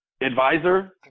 advisor